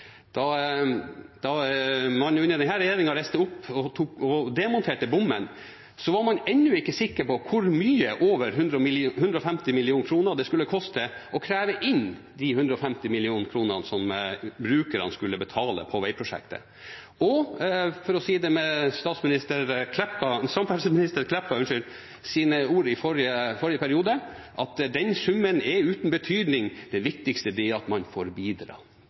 Da man under denne regjeringen reiste opp og demonterte bommen, var man ennå ikke sikker på hvor mye over 150 mill. kr det skulle koste å kreve inn de 150 mill. kronene som brukerne skulle betale på veiprosjektet. For å si det med tidligere samferdselsminister Meltveit Kleppas ord fra forrige stortingsperiode: Den summen er uten betydning. Det viktigste er at man får bidra.